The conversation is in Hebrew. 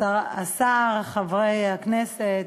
השר, חברי הכנסת,